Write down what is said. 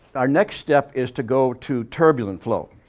our next step is to go to turbulent flow,